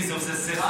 תגיד לי, זה עושה שכל?